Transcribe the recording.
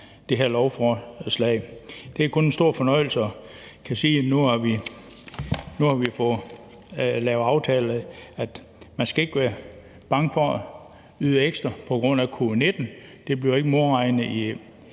det her lovforslag. Det er kun en stor fornøjelse at kunne sige, at nu har vi fået lavet en aftale, og at man ikke skal være bange for at yde ekstra på grund af covid-19. Det bliver ikke modregnet i